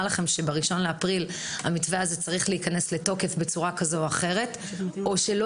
לכם שב-1 באפריל המתווה הזה צריך להיכנס לתוקף בצורה כזו או אחרת או שלא